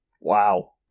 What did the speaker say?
Wow